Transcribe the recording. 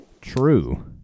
True